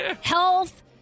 Health